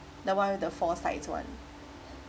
the one with the four sides one